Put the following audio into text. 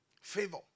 Favor